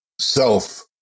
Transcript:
self